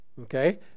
okay